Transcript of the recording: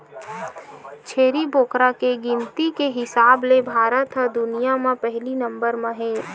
छेरी बोकरा के गिनती के हिसाब ले भारत ह दुनिया म पहिली नंबर म हे